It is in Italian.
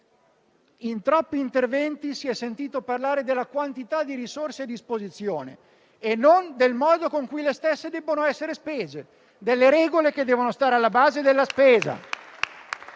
in troppi interventi si è sentito parlare della quantità di risorse a disposizione e non del modo con cui le stesse devono essere spese, delle regole che devono essere alla base della spesa.